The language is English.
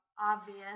obvious